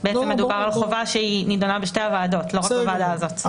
בעצם מדובר על חובה שהיא נדונה בשתי הוועדות ולא רק בוועדה ה זאת.